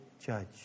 judge